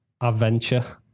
adventure